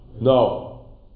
No